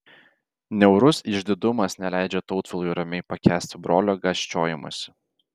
niaurus išdidumas neleidžia tautvilui ramiai pakęsti brolio gąsčiojimosi